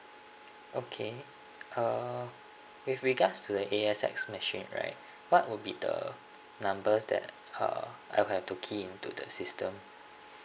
okay uh with regards to the A_X_S machine right what would be the numbers that uh I'll have to key into the system